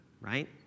right